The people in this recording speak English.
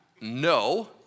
No